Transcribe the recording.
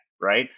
right